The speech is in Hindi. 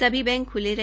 सभी बैंक ख्ले रहे